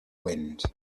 wind